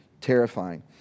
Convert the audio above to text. terrifying